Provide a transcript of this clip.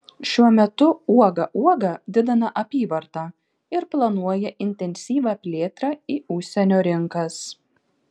šiuo metu uoga uoga didina apyvartą ir planuoja intensyvią plėtrą į užsienio rinkas